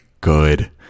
good